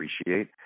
appreciate